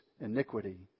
iniquity